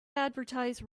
advertise